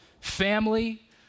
family